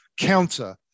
counter